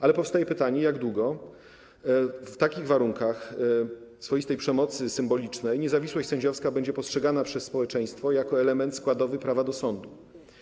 Ale powstaje pytanie, jak długo w takich warunkach swoistej przemocy symbolicznej niezawisłość sędziowska będzie postrzegana przez społeczeństwo jako element składowy prawa do sądu.